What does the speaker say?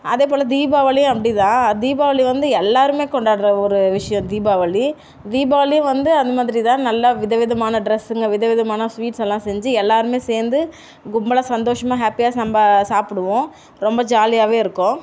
அதேப்போல் தீபாவளியும் அப்படிதான் தீபாவளி வந்து எல்லாருமே கொண்டாடுற ஒரு விஷயம் தீபாவளி தீபாவளியும் வந்து அந்த மாதிரி தான் நல்லா விதவிதமான ட்ரெஸ்ஸுங்க விதவிதமான ஸ்வீட்ஸ் எல்லாம் செஞ்சு எல்லாருமே சேர்ந்து கும்பலாக சந்தோஷமாக ஹாப்பியாக சம்ப சாப்பிடுவோம் ரொம்ப ஜாலியாகவே இருக்கும்